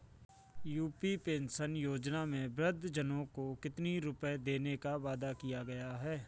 UP pension योजना में वृद्धजन को कितनी रूपये देने का वादा किया गया है?